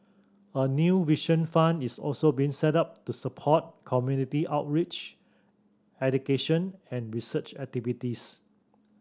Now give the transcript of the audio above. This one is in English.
a new Vision Fund is also being set up to support community outreach education and research activities